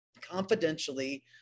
confidentially